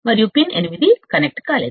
మరియు pin 8 connect కాలేదు